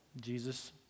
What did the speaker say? Jesus